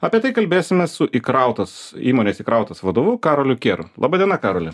apie tai kalbėsimės su įkrautas įmonės įkrautas vadovu karoliu kieru laba diena karoli